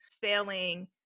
failing